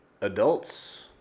adults